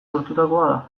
sortutakoa